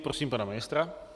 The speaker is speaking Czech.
Prosím, pana ministra.